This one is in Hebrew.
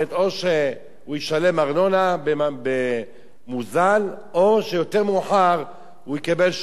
או שישלם ארנונה מוזלת או שיותר מאוחר הוא יקבל איזה פטור,